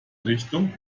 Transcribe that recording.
richtung